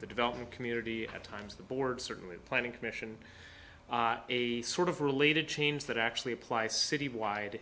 the development community at times the board certainly planning commission a sort of related change that actually apply citywide